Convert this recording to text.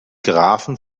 grafen